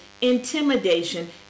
intimidation